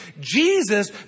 Jesus